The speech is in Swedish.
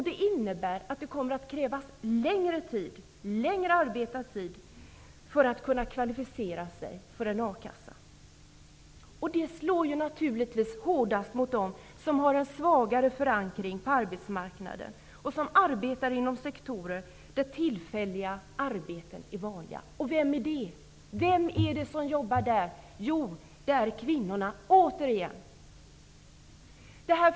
Det kommer att krävas att man har arbetat längre tid för att man skall kunna kvalificera sig för ersättning från a-kassan. Det slår naturligtvis hårdast mot dem som har en svagare förankring på arbetsmarknaden och som arbetar inom sektorer där tillfälliga arbeten är vanliga. Vilka gör det? Jo, det är återigen kvinnorna.